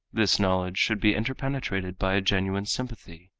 this knowledge should be interpenetrated by a genuine sympathy,